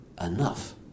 enough